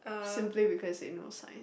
simply because they know science